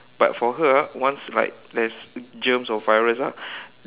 but for her ah once like there's germs or virus ah